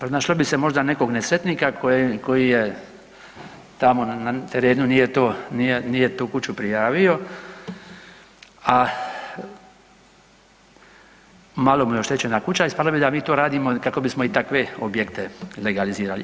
Kako našlo bi se možda nekog nesretnika koji je tamo na terenu nije tu kuću prijavio, a malo mu je oštećena kuća ispalo bi da mi to radimo kako bismo i takve objekte legalizirali.